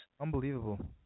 Unbelievable